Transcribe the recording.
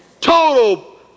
total